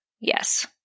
Yes